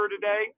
today